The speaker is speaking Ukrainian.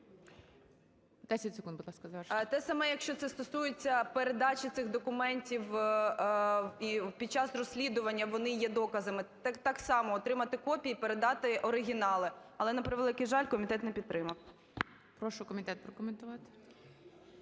10 секунд. Будь ласка, завершуйте. СОТНИК О.С. Те саме, якщо це стосується передачі цих документів і під час розслідування вони є доказами, так само отримати копії, передати оригінали. Але, на превеликий жаль, комітет не підтримав. ГОЛОВУЮЧИЙ. Прошу комітет прокоментувати.